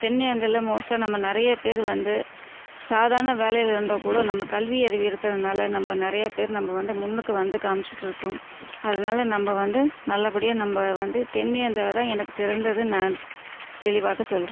தென் இந்தியாவில் மோஸ்ட்டாக நம்ம நிறைய பேர் வந்து சாதாரண வேலையில் இருந்தால் கூட நம்ம கல்வி அறிவு இருக்கிறதனால் நம்ப நிறைய பேர் நம்ம வந்து முன்னுக்கு வந்து காமிச்சிட்டுருக்கோம் அதனால் நம்ப வந்து நல்லபடியாக நம்ம வந்து தென் இந்தியா தான் எனக்கு சிறந்தது நான் தெளிவாக சொல்கிறேன்